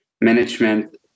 management